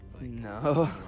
no